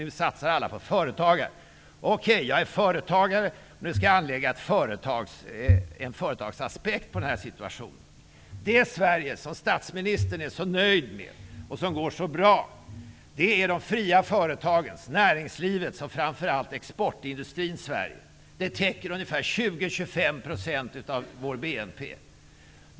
Nu satsar alla på företagen. Okej, jag är företagare, och nu skall jag anlägga en företagsaspekt på den här situationen. Det Sverige som går så bra och som statsministern är så nöjd med är de fria företagens, näringslivets och framför allt exportindustrins Sverige. De täcker 20 -- 25 % av vår BNP.